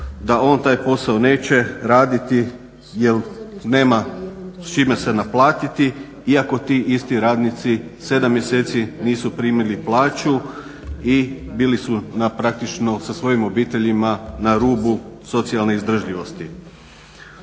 da on taj posao neće raditi jel nema s čime se naplatiti iako ti isti radnici 7 mjeseci nisu primili plaću i bili su sa svojim obiteljima na rubu socijalne izdržljivosti.